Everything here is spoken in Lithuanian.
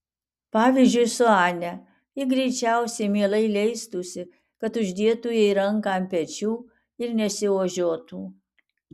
pavyzdžiui su ane ji greičiausiai mielai leistųsi kad uždėtų jai ranką ant pečių ir nesiožiuotų